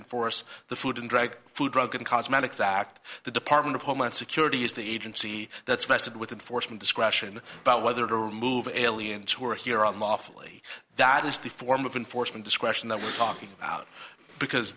enforce the food and drug food drug and cosmetics act the department of homeland security is the agency that's vested with enforcement discretion about whether to remove aliens who are here on lawfully that is the form of enforcement discretion that we're talking about because